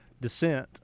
descent